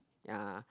ya